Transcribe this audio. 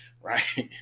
right